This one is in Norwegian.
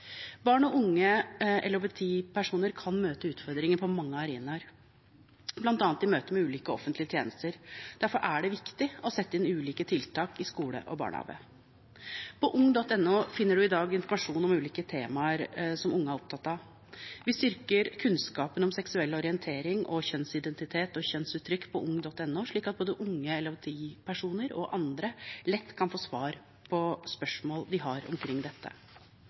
Barn og unge LHBTI-personer kan møte utfordringer på mange arenaer, bl.a. i møte med ulike offentlige tjenester. Derfor er det viktig å sette inn ulike tiltak i skole og barnehage. På ung.no finner en i dag informasjon om ulike temaer som unge er opptatt av. Vi styrker kunnskapen om seksuell orientering, om kjønnsidentitet og om kjønnsuttrykk på ung.no, slik at både unge LHBTI-personer og andre lett kan få svar på spørsmål de har omkring dette.